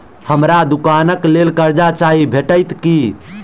हमरा दुकानक लेल कर्जा चाहि भेटइत की?